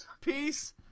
peace